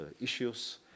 issues